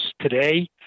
Today